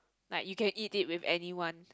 like you can eat it with anyone